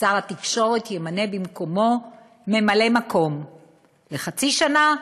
שר התקשורת ימנה במקומו ממלא-מקום לחצי שנה,